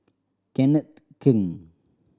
Kenneth Keng